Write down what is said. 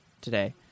today